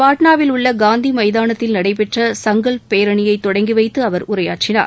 பாட்னாவில் உள்ள காந்தி மைதானத்தில் நடைபெற்ற சங்கல்ப் பேரணியை தொடங்கி வைத்து அவர் உரையாற்றினார்